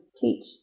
teach